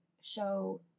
show